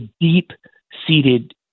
deep-seated